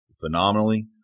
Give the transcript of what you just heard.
phenomenally